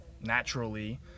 naturally